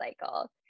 cycle